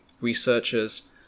researchers